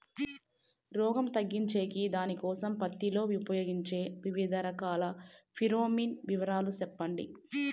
రోగం తగ్గించేకి దానికోసం పత్తి లో ఉపయోగించే వివిధ రకాల ఫిరోమిన్ వివరాలు సెప్పండి